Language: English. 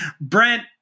Brent